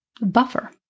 Buffer